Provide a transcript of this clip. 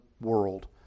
world